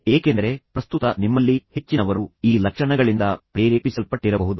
ಏಕೆಂದರೆ ಪ್ರಸ್ತುತ ನಿಮ್ಮಲ್ಲಿ ಹೆಚ್ಚಿನವರು ಈ ಲಕ್ಷಣಗಳಿಂದ ಪ್ರೇರೇಪಿಸಲ್ಪಟ್ಟಿರಬಹುದು